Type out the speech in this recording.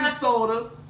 soda